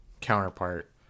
counterpart